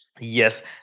Yes